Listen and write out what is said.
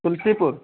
تلسی پور